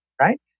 right